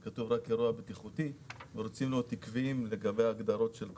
כתוב רק אירוע בטיחותי ואנחנו רוצים להיות עקביים לגבי ההגדרות.